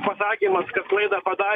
pasakymas kad klaidą padar